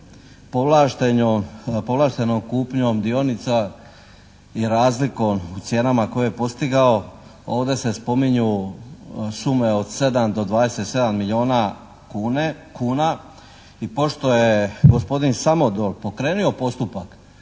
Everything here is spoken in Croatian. povlaštenom kupnjom dionica i razlikom u cijenama koje je postigao, ovdje se spominju sume od 7 do 27 milijuna kuna i pošto je gospodin Samodol pokrenuo postupak